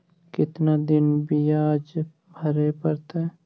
कितना दिन बियाज भरे परतैय?